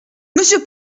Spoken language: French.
monsieur